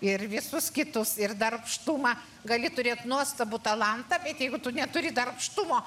ir visus kitus ir darbštumą gali turėti nuostabų talantą bet jeigu tu neturi darbštumo